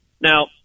Now